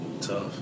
Tough